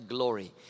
Glory